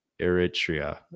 Eritrea